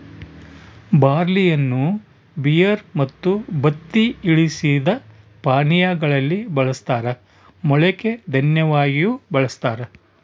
ಬಾರ್ಲಿಯನ್ನು ಬಿಯರ್ ಮತ್ತು ಬತ್ತಿ ಇಳಿಸಿದ ಪಾನೀಯಾ ಗಳಲ್ಲಿ ಬಳಸ್ತಾರ ಮೊಳಕೆ ದನ್ಯವಾಗಿಯೂ ಬಳಸ್ತಾರ